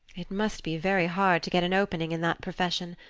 it must be very hard to get an opening in that profession.